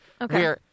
Okay